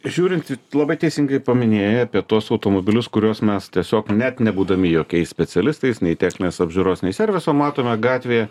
žiūrint į labai teisingai paminėjai apie tuos automobilius kuriuos mes tiesiog net nebūdami jokiais specialistais nei techninės apžiūros nei serviso matome gatvėje